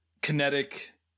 kinetic